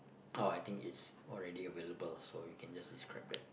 oh I think it's not really available lah you can just describe back